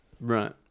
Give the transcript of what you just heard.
right